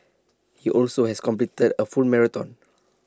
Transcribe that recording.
he also has completed A full marathon